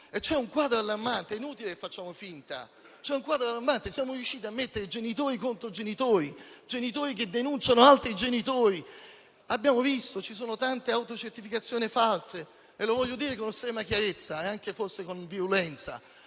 C'è un quadro allarmante, è inutile che fingiamo; siamo riusciti a mettere genitori contro genitori, genitori che denunciano altri genitori; abbiamo visto che ci sono tante autocertificazioni false e desidero dire con estrema chiarezza e anche forse con virulenza,